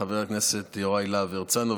חבר הכנסת יוראי להב הרצנו,